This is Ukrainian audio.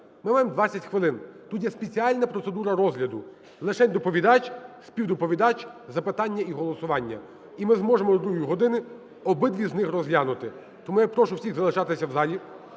Хвилин 20 хвилин. Тут є спеціальна процедура розгляду: лишень доповідач, співдоповідач, запитання і голосування. І ми зможемо о другій годині обидва з них розглянути. Тому я прошу всіх залишатись в залі.